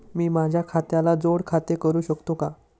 मी माझ्या खात्याला जोड खाते करू शकतो का?